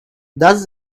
does